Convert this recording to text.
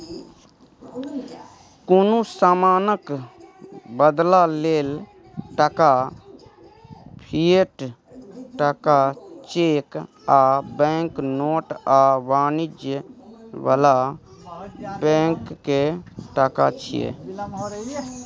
कुनु समानक बदला लेल टका, फिएट टका, चैक आ बैंक नोट आ वाणिज्य बला बैंक के टका छिये